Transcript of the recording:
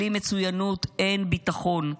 בלי מצוינות אין ביטחון.